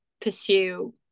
pursue